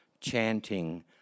chanting